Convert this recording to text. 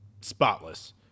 spotless